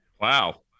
Wow